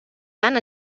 tant